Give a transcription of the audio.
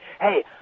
Hey